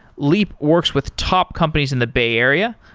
leap works with top companies in the bay area,